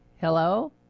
Hello